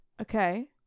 okay